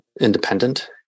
independent